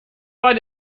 war